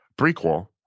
prequel